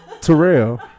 Terrell